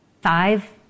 five